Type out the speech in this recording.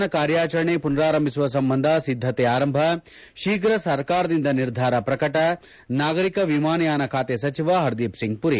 ದೇಶೀಯ ವಿಮಾನ ಕಾರ್ಯಾಚರಣೆ ಪುನಾರಂಭಿಸುವ ಸಂಬಂಧ ಸಿದ್ದತೆ ಆರಂಭ ಶೀಘ್ರ ಸರ್ಕಾರದಿಂದ ನಿರ್ಧಾರ ಪ್ರಕಟ ನಾಗರಿಕ ವಿಮಾನಯಾನ ಖಾತೆ ಸಚಿವ ಹರ್ದಿಪ್ಸಿಂಗ್ ಪುರಿ